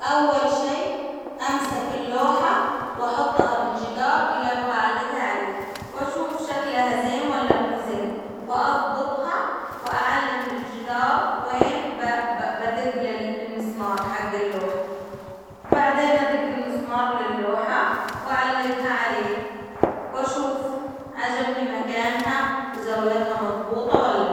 أول شيء أمسك اللوحة وأحطها بالجدار اللي أبغى أعلجها عليه، وأشوف شكلها زين ولا مو زين، وأزبطها وأعلم بالجدار وين بدق لل للمسمار حق اللوحة، بعدين أدج المسمار للوحة، وأعلجها عليه، واشوف عجبني مكانها وزاويتها مزبوطة ولا لأ.